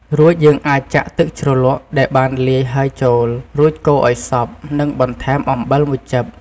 រួចយើងអាចចាក់ទឹកជ្រលក់ដែលបានលាយហើយចូល រួចកូរឱ្យសព្វ និងបន្ថែមអំបិល១ចិប។